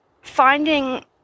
finding